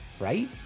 right